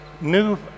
new